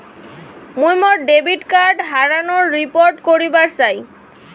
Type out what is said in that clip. মুই মোর debit card হারানোর রিপোর্ট করিবার চাই